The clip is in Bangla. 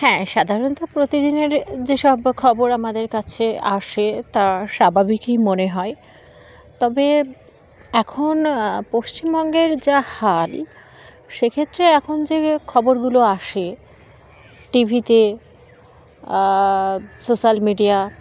হ্যাঁ সাধারণত প্রতিদিনের যেসব খবর আমাদের কাছে আসে তা স্বাভাবিকই মনে হয় তবে এখন পশ্চিমবঙ্গের যা হাল সেক্ষেত্রে এখন যে খবরগুলো আসে টিভিতে সোশ্যাল মিডিয়া